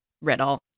riddle